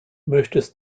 möchtest